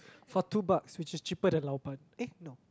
for two bucks which is cheaper than lao ban eh no